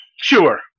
Sure